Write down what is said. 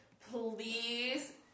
please